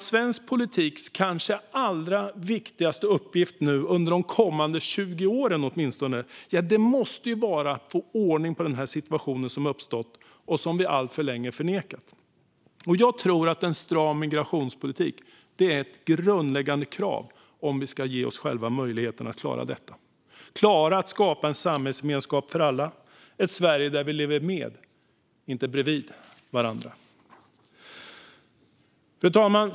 Svensk politiks kanske allra viktigaste uppgift under de kommande 20 åren måste vara att få ordning på den situation som uppstått och som vi alltför länge förnekat. En stram migrationspolitik är ett grundläggande krav om vi ska ge oss själva möjlighet att klara detta. Vi måste klara av att skapa en samhällsgemenskap för alla - ett Sverige där vi lever med, inte bredvid varandra. Fru talman!